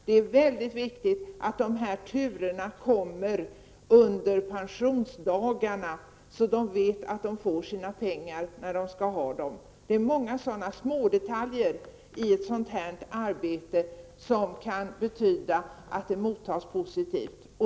Det är väldigt viktigt att dessa turer företas under pensionsutbetalningsdagarna, så att de gamla kan vara förvissade om att de får sina pengar när de skall ha dem. Det är många sådana små detaljer som är betydelsefulla.